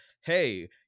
Hey